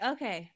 Okay